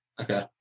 Okay